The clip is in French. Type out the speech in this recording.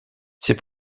ses